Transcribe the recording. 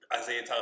Isaiah